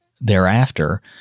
thereafter